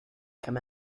come